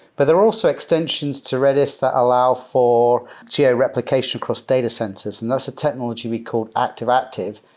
but there are also extensions to redis that allow for geo-replication across data centers, and that's a technology we called active-active,